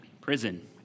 Prison